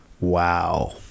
Wow